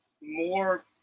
more